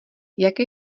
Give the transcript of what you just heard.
jaké